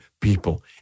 people